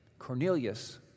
Cornelius